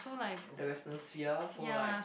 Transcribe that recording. the western sphere so like